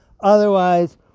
Otherwise